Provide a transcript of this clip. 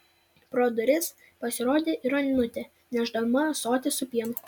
pro duris pasirodė ir onutė nešdama ąsotį su pienu